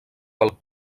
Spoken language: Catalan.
pel